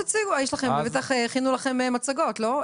בטח הכינו לכם מצגות, לא?